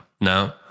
No